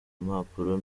impapuro